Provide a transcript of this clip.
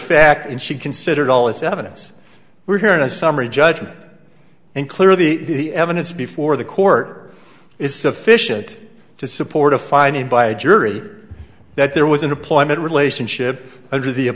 fact and she considered all this evidence were here in a summary judgment and clearly the evidence before the court is sufficient to support a fine and by a jury that there was an employment relationship under the